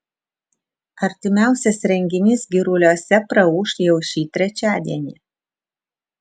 artimiausias renginys giruliuose praūš jau šį trečiadienį